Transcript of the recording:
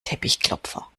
teppichklopfer